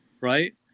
right